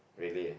really ah